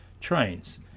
trains